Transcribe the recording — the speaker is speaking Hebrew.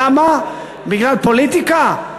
למה, בגלל פוליטיקה?